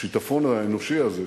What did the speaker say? השיטפון האנושי הזה,